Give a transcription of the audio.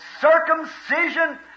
Circumcision